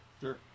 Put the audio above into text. sure